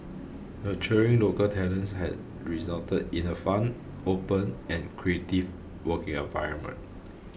nurturing local talents has resulted in a fun open and creative working environment